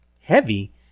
heavy